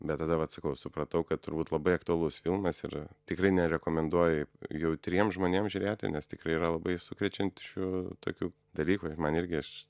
bet tada vat sakau supratau kad turbūt labai aktualus filmas ir tikrai nerekomenduoju jautriems žmonėms žiūrėti nes tikrai yra labai sukrečiančių tokių dalykų ir man irgi aš